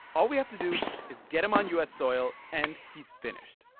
all we have to do is get him on u s. soil, and he's finished.